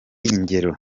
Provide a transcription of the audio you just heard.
ingero